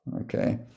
okay